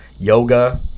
Yoga